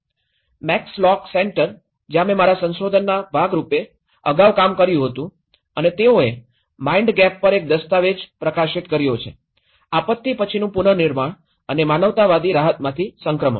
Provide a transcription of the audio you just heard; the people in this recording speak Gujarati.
મેક્સ લોક સેન્ટર જ્યાં મેં મારા સંશોધનનાં ભાગ રૂપે અગાઉ કામ કર્યું હતું અને તેઓએ માઈન્ડ ગેપ પર એક દસ્તાવેજ પ્રકાશિત કર્યો છે આપત્તિ પછીનું પુનર્નિર્માણ અને માનવતાવાદી રાહતમાંથી સંક્રમણ